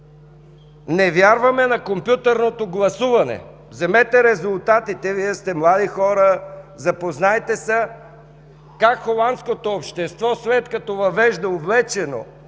„Не вярваме на компютърното гласуване”! Вземете резултатите – Вие сте млади хора, запознайте се как холандското общество, след като го въвежда, увлечено